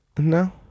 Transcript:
No